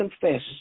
confess